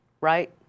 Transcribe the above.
right